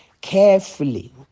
carefully